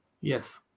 Yes